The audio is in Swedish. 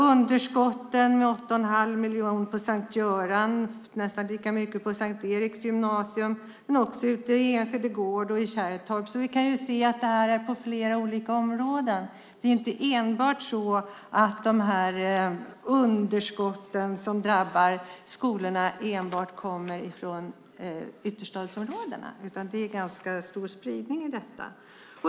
Underskotten med 8 1⁄2 miljon på Sankt Görans gymnasium, nästan lika mycket på Sankt Eriks gymnasium och ute i Enskede gård och Kärrtorp visar att det förekommer i flera olika områden. Underskotten drabbar inte enbart skolorna i ytterstadsområdena. Det är ganska stor spridning på detta.